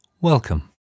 Welcome